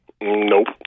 Nope